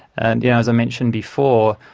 and yeah as i mentioned before,